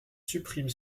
supprime